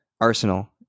Arsenal